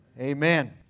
Amen